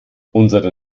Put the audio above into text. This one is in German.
unsere